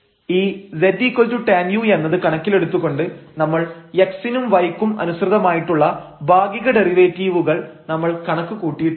ഈ ztan u എന്നത് കണക്കിലെടുത്തുകൊണ്ട് നമ്മൾ x നും y ക്കും അനുസൃതമായിട്ടുള്ള ഭാഗിക ഡെറിവേറ്റീവുകൾ നമ്മൾ കണക്ക് കൂട്ടിയിട്ടുണ്ട്